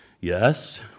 Yes